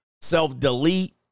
self-delete